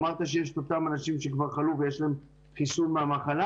אמרת שיש את אותם אנשים שכבר חלו ויש להם חיסון מהמחלה.